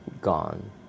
Gone